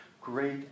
great